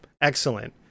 Excellent